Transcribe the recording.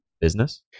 business